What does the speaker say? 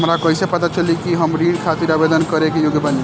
हमरा कईसे पता चली कि हम ऋण खातिर आवेदन करे के योग्य बानी?